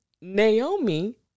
Naomi